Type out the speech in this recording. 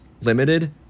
limited